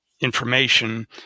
Information